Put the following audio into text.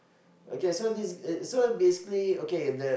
okay so this uh so basically okay the